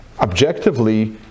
objectively